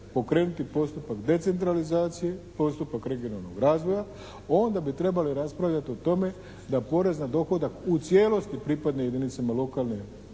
pokrenuti postupak decentralizacije, postupak regionalnog razvoja onda bi trebali raspravljati o tome da porez na dohodak u cijelosti pripadne jedinicama lokalne